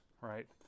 right